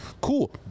cool